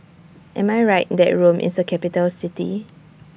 Am I Right that Rome IS A Capital City